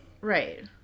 Right